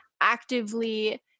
actively